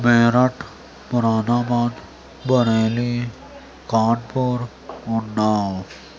Meerut Moradabad Bareilly Kanpur Unnao